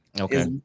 Okay